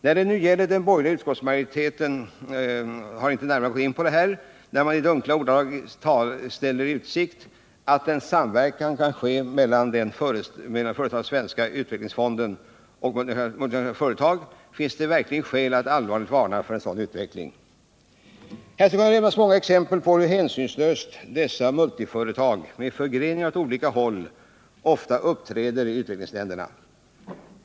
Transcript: När nu den borgerliga utskottsmajoriteten inte närmare gått in på detta och när man i dunkla ordalag ställer i utsikt att en samverkan kan ske mellan den föreslagna utvecklingsfonden och multinationella företag, finns det verkligen skäl att allvarligt varna för en sådan utveckling. Många exempel skulle kunna nämnas på hur hänsynslöst dessa multinationella företag —- med förgreningar åt olika håll — ofta uppträder i utvecklingsländerna.